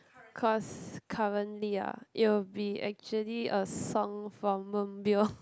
cause currently ah it will be actually a song from Moonbyul